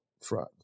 front